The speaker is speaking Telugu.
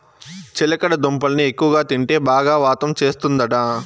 చిలకడ దుంపల్ని ఎక్కువగా తింటే బాగా వాతం చేస్తందట